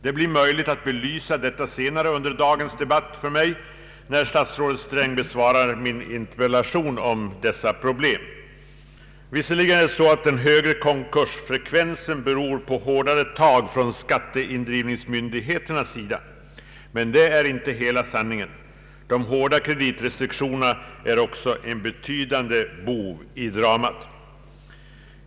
Det blir möjligt för mig att belysa detta senare under dagens debatt när statsrådet Sträng besvarar min interpellation om dessa problem. Visserligen är det väl så att den högre konkursfrekvensen beror på hårdare tag från = skatteindrivningsmyndigheternas sida, men det är inte hela sanningen. De hårda kreditrestriktionerna är också en betydande bov i dramat.